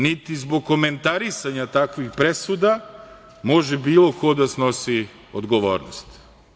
Niti zbog komentarisanja takvih presuda može bilo ko da snosi odgovornost.